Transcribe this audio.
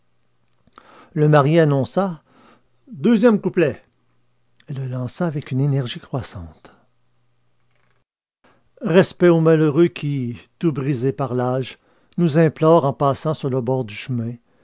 le marié annonça deuxième couplet et le lança avec une énergie croissante respect au malheureux qui tout brisé par l'âge nous implore en passant sur le bord du chemin